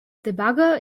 debugger